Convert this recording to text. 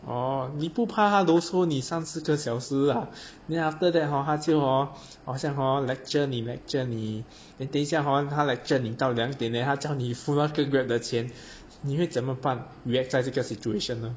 哦你不怕他啰嗦你三四个小时啊 then after that hor 他就 hor 好像 hor lecture 你 lecture 你 then 等一下 hor 他 lecture 你到两点 then 他叫你负责那个 grab 的钱你会怎么办 reacts 在这个 situation 呢